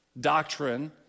doctrine